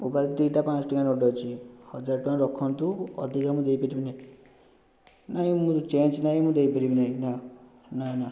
ମୋ ପାଖରେ ଦୁଇଟା ପାଞ୍ଚଶହ ଟଙ୍କିଆ ନୋଟ ଅଛି ହଜାର ଟଙ୍କା ରଖନ୍ତୁ ଅଧିକା ମୁଁ ଦେଇପାରିବିନି ନାହିଁ ମୋର ଚେଞ୍ଜ ନାହିଁ ମୁଁ ଦେଇ ପାରିବିନି ନା ନା